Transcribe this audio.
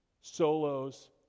solos